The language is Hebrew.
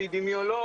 אפידמיולוג,